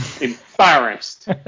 embarrassed